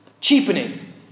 cheapening